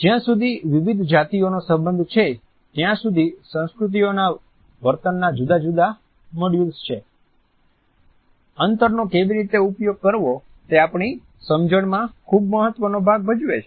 જ્યાં સુધી વિવિધ જાતિઓનો સંબંધ છે ત્યાં સુધી સંસ્કૃતિઓના વર્તનના જુદા જુદા મોડ્યુંલ છે અંતરનો કેવી રીતે ઉપયોગ કરવો તે આપણી સમજણમાં ખૂબ મહત્વનો ભાગ ભજવે છે